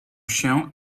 się